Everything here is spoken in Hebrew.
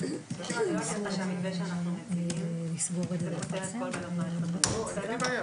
כפי שהן הוצגו לשר ונשלחו במייל לשר הבריאות אתמול בערב,